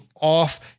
off